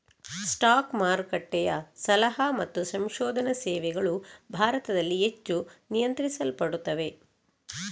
stock ಮಾರುಕಟ್ಟೆಯ ಸಲಹಾ ಮತ್ತು ಸಂಶೋಧನಾ ಸೇವೆಗಳು ಭಾರತದಲ್ಲಿ ಹೆಚ್ಚು ನಿಯಂತ್ರಿಸಲ್ಪಡುತ್ತವೆ